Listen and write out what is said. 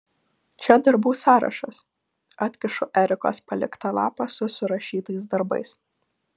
čia darbų sąrašas atkišu erikos paliktą lapą su surašytais darbais